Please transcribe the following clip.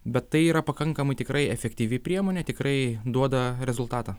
bet tai yra pakankamai tikrai efektyvi priemonė tikrai duoda rezultatą